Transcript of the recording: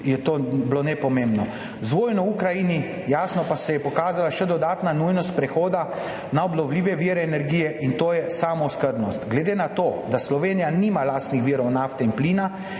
je bilo nepomembno. Z vojno v Ukrajini pa se je jasno pokazala še dodatna nujnost prehoda na obnovljive vire energije, in to je samooskrbnost. Glede na to da Slovenija nima lastnih virov nafte in plina,